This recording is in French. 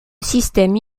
système